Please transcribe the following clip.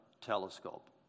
telescope